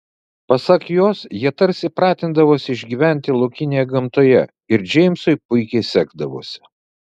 pasak jos jie tarsi pratindavosi išgyventi laukinėje gamtoje ir džeimsui puikiai sekdavosi